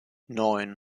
neun